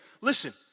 listen